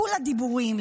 כולה דיבורים,